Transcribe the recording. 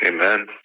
amen